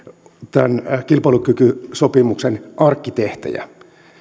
tämän kilpailukykysopimuksen arkkitehtejä